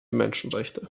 menschenrechte